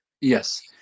Yes